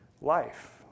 life